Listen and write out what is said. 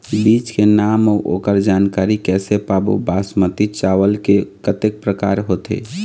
बीज के नाम अऊ ओकर जानकारी कैसे पाबो बासमती चावल के कतेक प्रकार होथे?